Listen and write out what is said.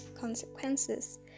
consequences